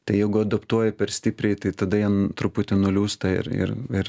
tai jeigu adoptuoji per stipriai tai tada jie truputį nuliūsta ir ir ir